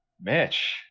Mitch